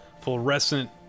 fluorescent